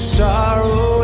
sorrow